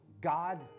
God